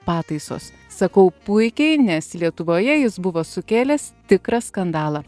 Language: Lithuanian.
pataisos sakau puikiai nes lietuvoje jis buvo sukėlęs tikrą skandalą